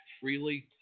freely